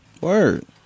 Word